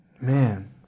Man